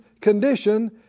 condition